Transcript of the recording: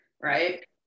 right